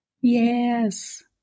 Yes